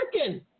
working